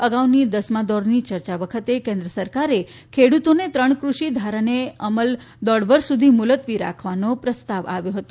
અગાઉની દસમાં દોરની ચર્ચા વખતે કેન્દ્ર સરકારે ખેડૂતોને ત્રણ કૃષિ ધારાને અમલ દોઢ વર્ષ સુધી મુલતવી રાખવાનો પ્રસ્તાવ આપ્યો હતો